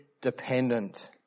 dependent